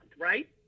right